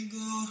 go